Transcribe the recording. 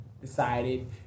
decided